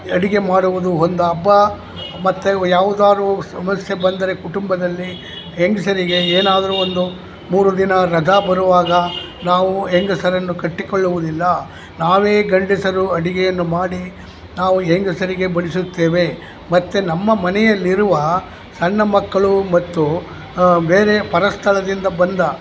ಅಡುಗೆ ಮಾಡುವುದು ಒಂದು ಹಬ್ಬ ಮತ್ತೆ ಯಾವುದಾರೂ ಸಮಸ್ಯೆ ಬಂದರೆ ಕುಟುಂಬದಲ್ಲಿ ಹೆಂಗಸ್ರಿಗೆ ಏನಾದರೂ ಒಂದು ಮೂರು ದಿನ ರಜಾ ಬರುವಾಗ ನಾವು ಹೆಂಗಸರನ್ನು ಕಟ್ಟಿಕೊಳ್ಳುವುದಿಲ್ಲ ನಾವೇ ಗಂಡಸರು ಅಡುಗೆಯನ್ನು ಮಾಡಿ ನಾವು ಹೆಂಗಸರಿಗೆ ಬಡಿಸುತ್ತೇವೆ ಮತ್ತೆ ನಮ್ಮ ಮನೆಯಲ್ಲಿರುವ ಸಣ್ಣ ಮಕ್ಕಳು ಮತ್ತು ಬೇರೆ ಪರಸ್ಥಳದಿಂದ ಬಂದ